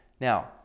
Now